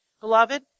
Beloved